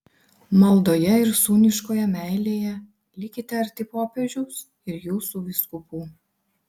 maldoje ir sūniškoje meilėje likite arti popiežiaus ir jūsų vyskupų